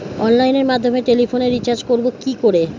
অনলাইনের মাধ্যমে টেলিফোনে রিচার্জ করব কি করে?